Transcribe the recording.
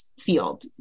field